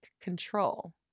control